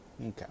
Okay